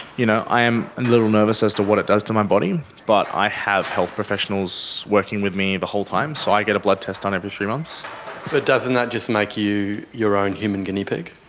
you know, i am a little nervous as to what it does to my body, but i have health professionals working with me the whole time, so i get a blood test done every three months. but doesn't that just make you your own human guinea pig?